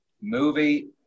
Movie